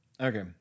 okay